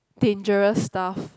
dangerous stuff